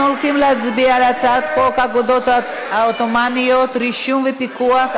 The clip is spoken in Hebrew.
אנחנו הולכים להצביע על הצעת חוק האגודות העות'מאניות (רישום ופיקוח),